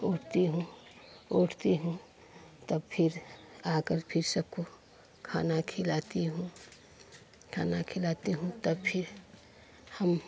उठती हूँ उठती हूँ तब फ़िर आकर फ़िर सबको खाना खिलाती हूँ खाना खिलाती हूँ तब फ़िर हम